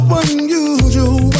unusual